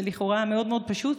זה לכאורה מאוד מאוד פשוט,